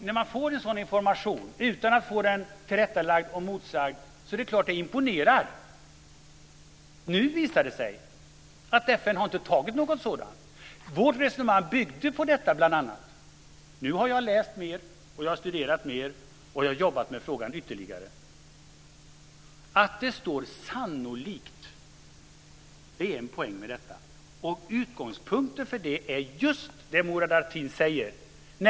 När man får en sådan information utan att få den tillrättalagd och motsagd är det klart att det imponerar. Nu visar det sig att FN inte har fattat någon sådant beslut. Vårt resonemang byggde bl.a. på det. Nu har jag läst mer, studerat mer och jobbat med frågan ytterligare. Det är en poäng med att det står "sannolikt". Utgångspunkten för det är just det Murad Artin säger.